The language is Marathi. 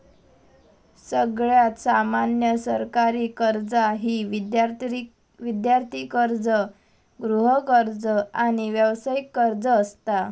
सगळ्यात सामान्य सरकारी कर्जा ही विद्यार्थी कर्ज, गृहकर्ज, आणि व्यावसायिक कर्ज असता